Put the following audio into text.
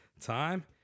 time